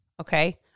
Okay